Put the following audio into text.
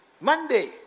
Monday